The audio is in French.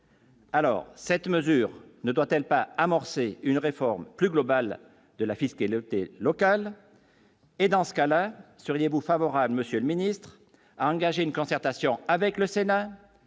Alors, cette mesure ne doit-elle pas amorcer une réforme plus globale de la physique et le local, et dans ce cas-là, sur les favorable, Monsieur le Ministre a engager une concertation avec le Sénat,